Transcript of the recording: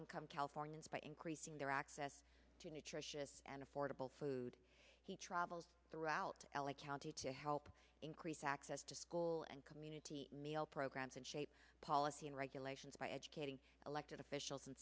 income californians by increasing their access to nutritious and affordable food he travels throughout l a county to help increase access to school and community meal programs and shape policy and regulations by educating elected officials in